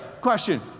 Question